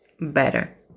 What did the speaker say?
better